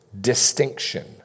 distinction